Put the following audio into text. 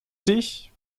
dich